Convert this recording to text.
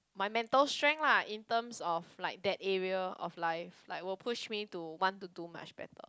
my mental strength lah in terms of like that area of life like will push me to want to do much better